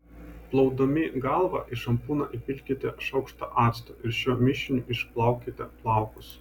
plaudami galvą į šampūną įpilkite šaukštą acto ir šiuo mišiniu išplaukite plaukus